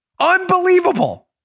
unbelievable